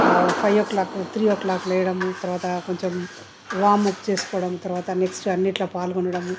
five o'clock three o'clock లేవడము తరువాత కొంచెం వామప్ చేసుకోవడం తరువాత నెక్స్ట్ అన్నిట్లో పాల్గొనడము